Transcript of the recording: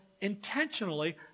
intentionally